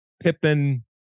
Pippen